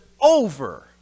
over